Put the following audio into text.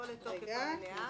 לא לתוקף המלאה.